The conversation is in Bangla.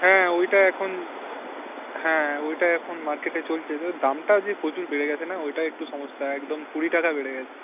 হ্যাঁ ওইটা এখন হ্যাঁ ওইটা এখন মার্কেটে চলছে তো দামটা যে প্রচুর বেড়ে গেছে না ওইটাই একটু সমস্যা একদম কুড়ি টাকা বেড়ে গেছে